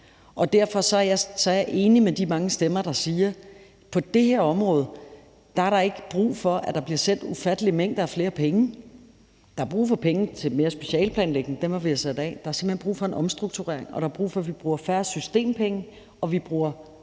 Derfor er jeg enig med de mange stemmer, der siger: På det her område er der ikke brug for, at der bliver sendt ufattelige mængder af flere penge. Der er brug for penge til mere specialeplanlægning, og dem har vi sat af. Der er simpelt hen brug for en omstrukturering, og der er brug for, at vi bruger færre systempenge, og at vi bruger